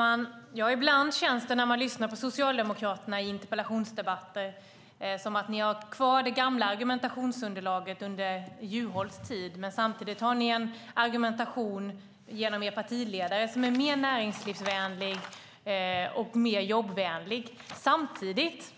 Herr talman! Det känns ibland när man lyssnar på Socialdemokraterna i interpellationsdebatter som att de har kvar det gamla argumentationsunderlaget från Juholts tid medan deras partiledare har en argumentation som är mer näringslivsvänlig och mer jobbvänlig. Samtidigt